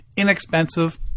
Inexpensive